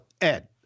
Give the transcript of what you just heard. Ed